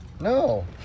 No